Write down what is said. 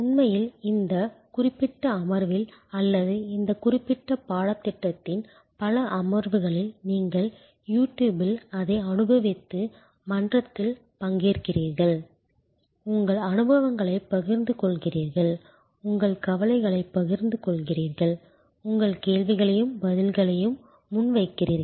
உண்மையில் இந்த குறிப்பிட்ட அமர்வில் அல்லது இந்த குறிப்பிட்ட பாடத்திட்டத்தின் பல அமர்வுகளில் நீங்கள் YouTube இல் அதை அனுபவித்து மன்றத்தில் பங்கேற்கிறீர்கள் உங்கள் அனுபவங்களைப் பகிர்ந்து கொள்கிறீர்கள் உங்கள் கவலைகளைப் பகிர்ந்து கொள்கிறீர்கள் உங்கள் கேள்விகளையும் பதில்களையும் முன்வைக்கிறீர்கள்